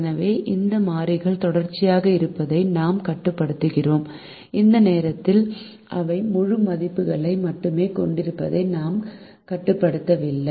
எனவே இந்த மாறிகள் தொடர்ச்சியாக இருப்பதை நாம் கட்டுப்படுத்துகிறோம் இந்த நேரத்தில் அவை முழு மதிப்புகளை மட்டுமே கொண்டிருப்பதை நாங்கள் கட்டுப்படுத்தவில்லை